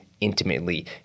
intimately